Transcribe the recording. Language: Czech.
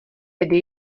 tedy